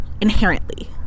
Inherently